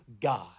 God